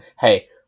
hey